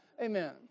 Amen